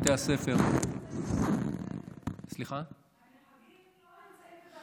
בתי הספר, הנהגים לא נמצאים בבתי הספר.